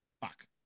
fuck